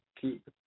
keep